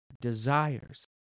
desires